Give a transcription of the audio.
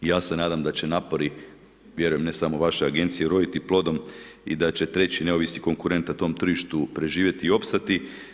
Ja se nadam da će napori, vjerujem ne samo vaše agencije, uroditi plodom i da će treći neovisni konkurent na tom tržištu preživjeti i opstati.